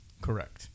Correct